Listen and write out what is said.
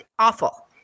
Awful